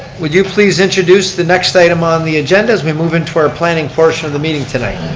would you please introduce the next item on the agenda as we move into our planning portion of the meeting tonight.